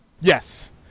Yes